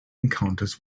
encounters